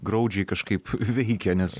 graudžiai kažkaip veikia nes